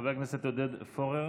חבר הכנסת עודד פורר